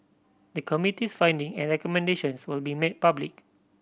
the Committee's finding and recommendations will be made public